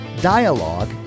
dialogue